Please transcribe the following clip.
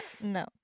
no